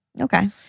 Okay